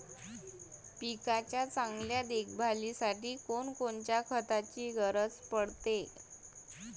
पिकाच्या चांगल्या देखभालीसाठी कोनकोनच्या खताची गरज पडते?